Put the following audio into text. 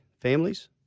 families